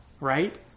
right